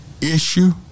issue